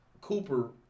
Cooper